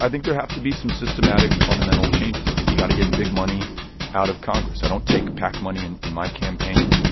i think there have to be some systematic, fundamental changes. i think got to get big money out of congress. i don't take pac money in in my campaign,